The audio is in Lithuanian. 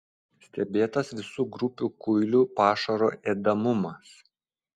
stebėtas visų grupių kuilių pašaro ėdamumas